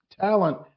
talent